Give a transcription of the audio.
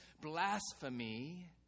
blasphemy